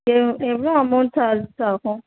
எவ் எவ்வளோ amount charges ஆகும்